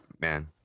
man